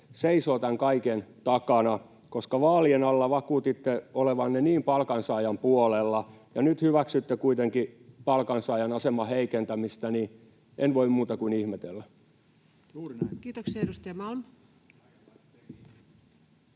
seisovat tämän kaiken takana, koska vaalien alla vakuutitte olevanne niin palkansaajan puolella ja nyt hyväksytte kuitenkin palkansaajan aseman heikentämistä. En voi muuta kuin ihmetellä. Kiitoksia. — Edustaja Malm.